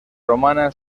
romana